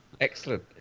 Excellent